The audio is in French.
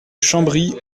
chambry